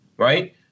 Right